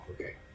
okay